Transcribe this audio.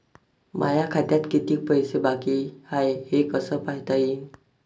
माया खात्यात कितीक पैसे बाकी हाय हे कस पायता येईन?